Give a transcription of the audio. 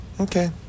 Okay